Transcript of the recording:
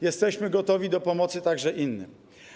Jesteśmy gotowi do pomocy także innym.